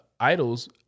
idols